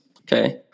Okay